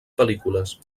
pel·lícules